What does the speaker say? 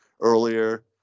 earlier